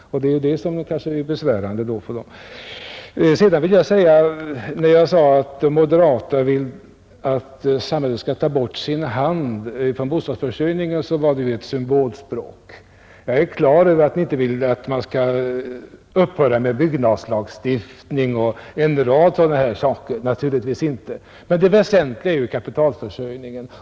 Det är kanske det som är besvärande. När jag sade att de moderata vill att samhället skall ta sin hand från bostadsförsörjningen så använde jag ett symbolspråk. Jag är på det klara med att ni inte vill att man skall ta bort t.ex. byggnadslagstiftningen. Naturligtvis inte. Men det väsentliga är ju kapitalförsörjningen.